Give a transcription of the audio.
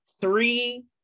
Three